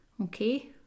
okay